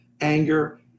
anger